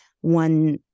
one